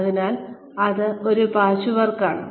അതിനാൽ അത് ഒരു പാച്ച് വർക്ക് ആണ്